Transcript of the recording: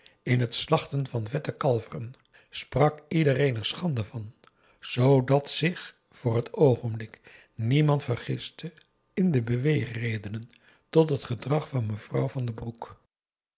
in het slachten van vette kalveren sprak iedereen er schande van zoodat zich voor het oogenblik niemand vergiste in de beweegredenen tot t gedrag van mevrouw van den broek